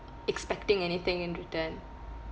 expecting anything in return